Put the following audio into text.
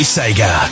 Sega